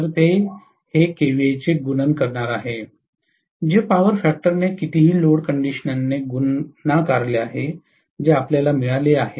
तर हे केव्हीएचे गुणन करणार आहे जे पॉवर फॅक्टरने कितीही लोड कंडिशनने गुणाकारले आहे जे आपल्याला मिळाले आहे